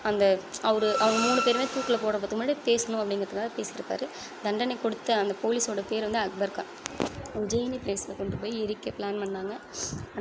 அந்த அவரு அவங்க மூணு பேருமே தூக்கில் போடப் போகிறதுக்கு முன்னாடி பேசணும் அப்படிங்கிறதுக்காக பேசிருக்கார் தண்டனை கொடுத்த அந்த போலீஸோட பேர் வந்து அக்பர்கா உஜ்ஜெய்னி ப்ளேஸ்ல கொண்டு போய் எரிக்க ப்ளான் பண்ணாங்கள் ஆனால்